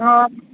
ಹಾಂ